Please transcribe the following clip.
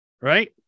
Right